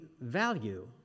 value